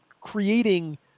creating